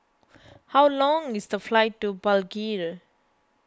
how long is the flight to Palikir